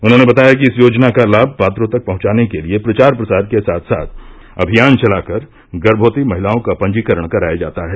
उन्होंने बताया कि इस योजना का लाभ पात्रों तक पहुंचाने के लिये प्रचार प्रसार के साथ साथ अभियान चलाकर गर्भवती महिलाओं का पंजीकरण कराया जाता है